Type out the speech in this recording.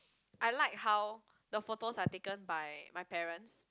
I like how the photo are taken by my parents